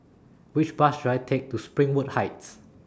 Which Bus should I Take to Springwood Heights